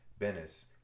Bennis